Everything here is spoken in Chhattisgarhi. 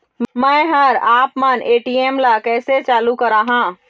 मैं हर आपमन ए.टी.एम ला कैसे चालू कराहां?